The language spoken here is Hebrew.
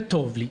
וטוב לי.